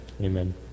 Amen